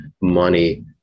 money